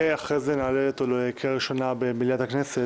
ואחרי זה נעלה אותו לקריאה ראשונה במליאת הכנסת,